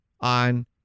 on